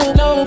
no